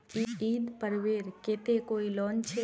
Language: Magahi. ईद पर्वेर केते कोई लोन छे?